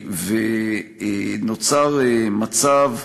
ונוצר מצב,